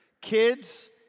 Kids